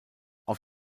auf